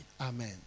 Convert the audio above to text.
Amen